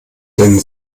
denn